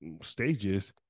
stages